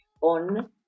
on